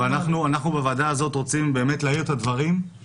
אבל אנחנו בוועדה הזאת רוצים להאיר את הדברים,